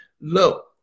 Look